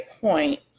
point